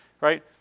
right